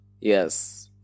Yes